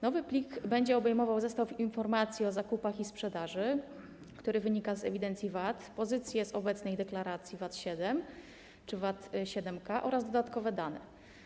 Nowy plik będzie obejmował zestaw informacji o zakupach i sprzedaży, który wynika z ewidencji VAT, pozycje z obecnej deklaracji VAT-7 czy VAT-7K oraz dodatkowe dane.